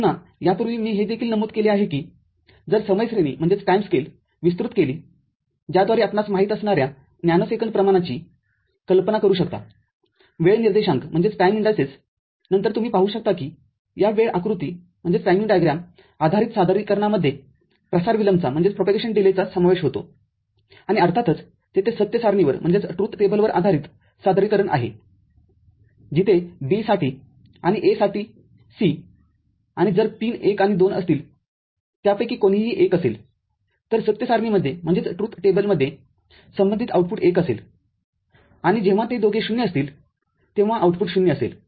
पुन्हा यापूर्वी मी हे देखील नमूद केले आहे की जर समय श्रेणीविस्तृत केलीज्याद्वारे आपण आपणास माहीत असणाऱ्या नॅनोसेकंद प्रमाणाची कल्पना करू शकतावेळ निर्देशांक नंतर तुम्ही पाहू शकता कि या वेळ आकृती आधारित सादरीकरणामध्ये प्रसार विलंबचासमावेश होतो आणि अर्थातच तेथे सत्य सारणीवर आधारित सादरीकरण आहे जिथे B साठी आणि A साठी C आणि जर पिन १ आणि २ असतीलत्यापैकी कोणीही १ असेल तर सत्य सारणीमध्येसंबंधित आउटपुट१ असेल आणि जेव्हा ते दोघे 0 असतील तेव्हा आउटपुट 0 असेल